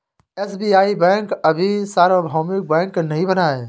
SBI bank अभी सार्वभौमिक bank नहीं बना है